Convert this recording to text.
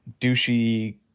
douchey